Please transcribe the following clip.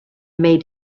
made